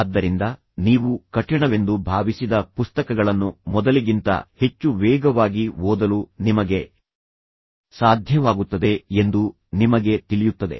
ಆದ್ದರಿಂದ ನೀವು ಕಠಿಣವೆಂದು ಭಾವಿಸಿದ ಪುಸ್ತಕಗಳನ್ನು ಮೊದಲಿಗಿಂತ ಹೆಚ್ಚು ವೇಗವಾಗಿ ಓದಲು ನಿಮಗೆ ಸಾಧ್ಯವಾಗುತ್ತದೆ ಎಂದು ನಿಮಗೆ ತಿಳಿಯುತ್ತದೆ